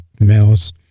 males